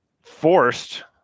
forced